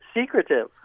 secretive